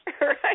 Right